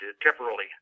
temporarily